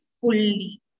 fully